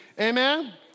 Amen